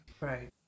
right